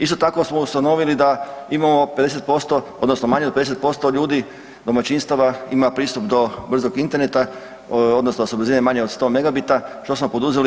Isto tako smo ustanovili da imamo 50% odnosno manje od 50% ljudi, domaćinstava ima pristup brzog interneta odnosno sa brzinom manje od 100 MB-a, što smo poduzeli?